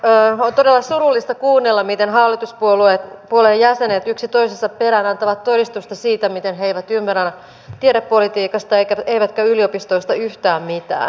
on todella surullista kuunnella miten hallituspuolueiden jäsenet yksi toisensa perään antavat todistusta siitä miten he eivät ymmärrä tiedepolitiikasta eivätkä yliopistoista yhtään mitään